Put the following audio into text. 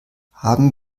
haben